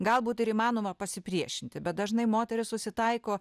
galbūt ir įmanoma pasipriešinti bet dažnai moterys susitaiko